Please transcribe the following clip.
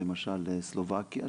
למשל סלובקיה,